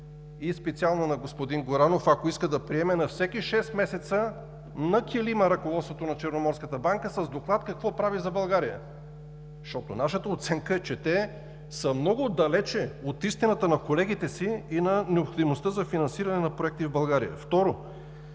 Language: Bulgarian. и специално на господин Горанов, ако иска да приема на всеки шест месеца на килима ръководството на Черноморската банка с доклад какво прави за България. Защото нашата оценка е, че те са много далече от истината на колегите си и на необходимостта за финансиране на проекти в България.